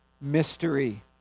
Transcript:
mystery